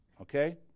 okay